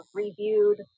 reviewed